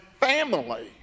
family